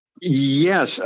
Yes